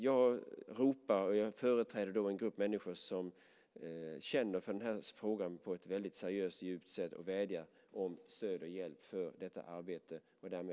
Jag ropar efter, och jag företräder då en grupp människor som väldigt seriöst och djupt känner för den här frågan, och vädjar om stöd och hjälp i detta arbete.